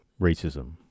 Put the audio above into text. racism